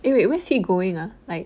wait wait where's he going ah like